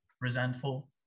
resentful